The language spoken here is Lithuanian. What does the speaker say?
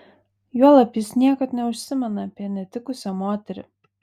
juolab jis niekad neužsimena apie netikusią moterį